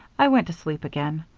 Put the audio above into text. i went to sleep again.